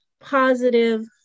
positive